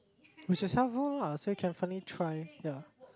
when just help her lah so you can finally try ya